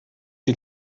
die